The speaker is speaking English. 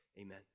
Amen